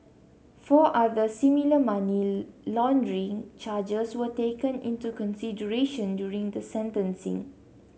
four other similar money laundering charges were taken into consideration during the sentencing